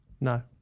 no